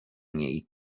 niej